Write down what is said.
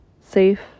safe